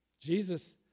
Jesus